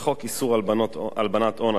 בחוק איסור הלבנת הון,